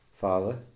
Father